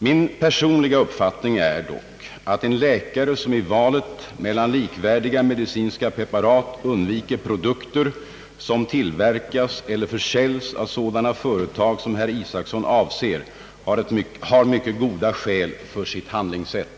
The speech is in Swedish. Min personliga uppfattning är dock att en läkare som i valet mellan likvärdiga medicinska preparat undviker produkter, som tillverkas eller försäljs av sådana företag som herr Isacson avser, har mycket goda skäl för sitt handlingssätt.